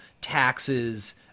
taxes